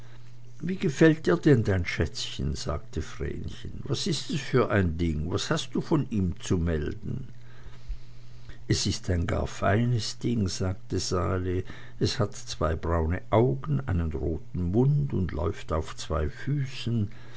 wie gefällt dir denn dein schätzchen sagte vrenchen was ist es für ein ding was hast du von ihm zu melden es ist ein gar feines ding sagte sali es hat zwei braune augen einen roten mund und läuft auf zwei füßen